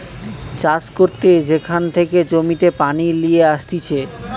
চাষ করতে যেখান থেকে জমিতে পানি লিয়ে আসতিছে